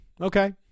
Okay